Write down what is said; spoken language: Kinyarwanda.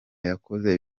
yakoze